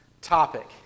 topic